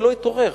ולא יתעורר.